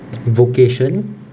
vocation